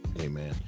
amen